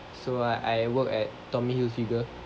so I I work at tommy hilfiger